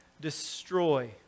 destroy